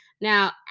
now